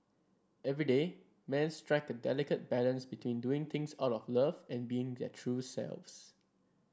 everyday men strike a delicate balance between doing things out of love and being their true selves